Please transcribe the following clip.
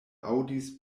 aŭdis